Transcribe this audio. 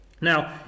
Now